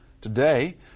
Today